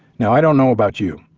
now i don't know about you,